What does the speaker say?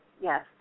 Yes